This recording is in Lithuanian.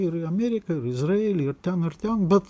ir į ameriką ir izraelį ir ten ir ten bet